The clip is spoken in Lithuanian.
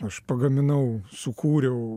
aš pagaminau sukūriau